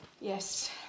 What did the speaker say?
Yes